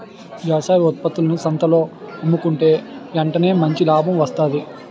వ్యవసాయ ఉత్త్పత్తులను సంతల్లో అమ్ముకుంటే ఎంటనే మంచి లాభం వస్తాది